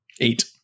Eight